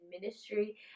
ministry